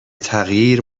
تغییر